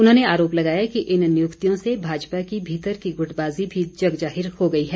उन्होंने आरोप लगाया कि इन नियुक्तियों से भाजपा की भीतर की गुटबाजी भी जगजाहिर हो गई है